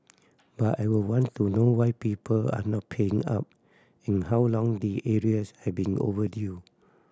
but I would want to know why people are not paying up and how long the arrears have been overdue